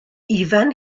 ifan